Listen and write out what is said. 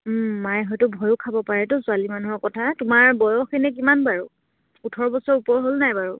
মায়ে হয়তো ভয়ো খাব পাৰেতো ছোৱালী মানুহৰ কথা তোমাৰ বয়স এনে কিমান বাৰু ওঠৰ বছৰ ওপৰ হ'ল নাই বাৰু